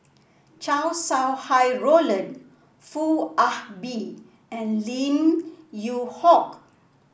Chow Sau Hai Roland Foo Ah Bee and Lim Yew Hock